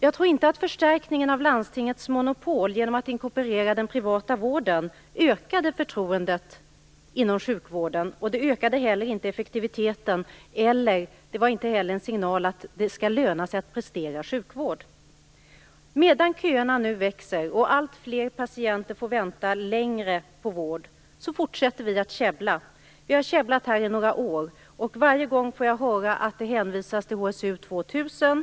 Jag tror inte att förstärkningen av landstingets monopol genom inkorporering av den privata vården ökade förtroendet inom sjukvården, och det ökade inte vårdens effektivitet. Det var inte heller en signal att det skall löna sig att prestera sjukvård. Medan köerna nu växer och alltfler patienter får vänta längre på vård fortsätter vi att käbbla. Vi har käbblat här under några år, och jag får varje gång höra hänvisningar till HSU 2000.